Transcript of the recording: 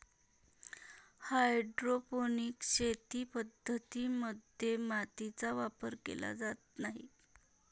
hydroponic शेती पद्धतीं मध्ये मातीचा वापर केला जात नाही